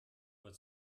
uhr